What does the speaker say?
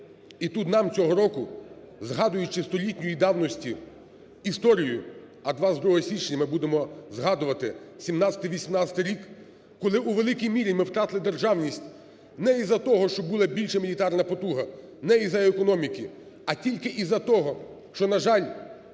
І тут нам цього року, згадуючи столітньої давності історію, а 22 січня ми будемо згадувати 1917-1918 рік, коли у великій мірі ми втратили державність не із-за того, що була більш мілітарна потуга, не із-за економіки, а тільки із-за того, що, на жаль,